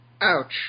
Ouch